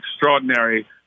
extraordinary